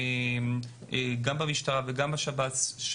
גם במשטרה וגם בשב"ס,